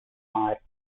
march